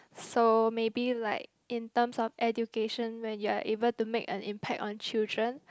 so maybe like in terms of education when you are able to make an impact on children